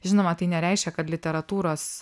žinoma tai nereiškia kad literatūros